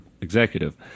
executive